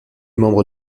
membre